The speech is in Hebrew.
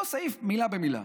אותו סעיף מילה במילה.